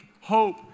hope